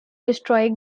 destroy